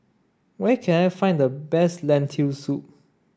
where can I find the best Lentil soup